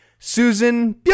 Susan